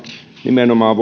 nimenomaan